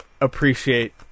appreciate